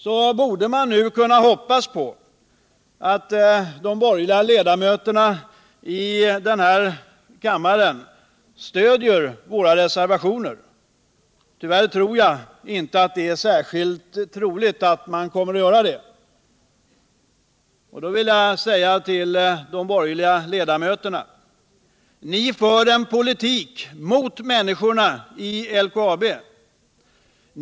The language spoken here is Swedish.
Därför borde man nu kunna hoppas på att de borgerliga ledamöterna i kammaren stödjer våra reservationer. Men tyvärr tror jag inte att det är särskilt troligt. Då vill jag säga till de borgerliga ledamöterna: Ni för en politik mot människorna i LKAB.